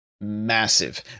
massive